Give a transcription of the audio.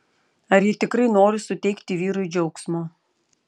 ar ji tikrai nori suteikti vyrui džiaugsmo